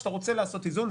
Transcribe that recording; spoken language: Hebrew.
כשאתה רוצה לעשות איזון,